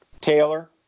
Taylor